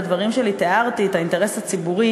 בדברים שלי תיארתי את האינטרס הציבורי